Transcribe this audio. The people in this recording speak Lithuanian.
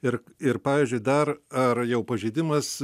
ir ir pavyzdžiui dar ar jau pažeidimas